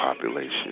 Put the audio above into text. population